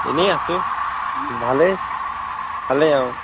এনেই আছোঁ ভালেই ভালেই অ'